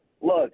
Look